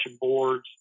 boards